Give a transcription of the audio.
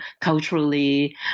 culturally